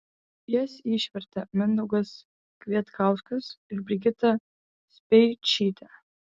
jas išvertė mindaugas kvietkauskas ir brigita speičytė